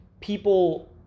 people